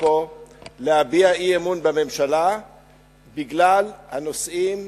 פה להביע אי-אמון בממשלה בגלל הנושאים